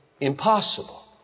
impossible